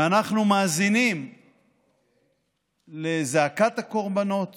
ואנחנו מאזינים לזעקת הקורבנות